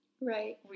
Right